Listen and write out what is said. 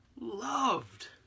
loved